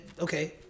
okay